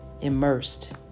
immersed